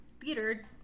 theater